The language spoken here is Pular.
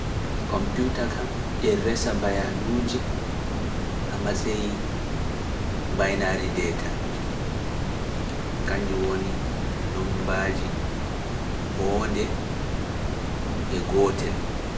Kompiuta kam e resa bayanuuji amma sey bainari data, kañjun woni nombaaji hoonde(zero) e gootel(one).